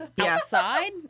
outside